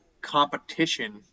competition